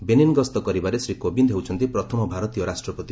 Benin ଗସ୍ତ କିରବାରେ ଶ୍ରୀ କୋବିନ୍ଦ ହେଉଛନ୍ତି ପ୍ରଥମ ଭାରତୀୟ ରାଷ୍ଟ୍ରପତି